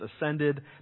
ascended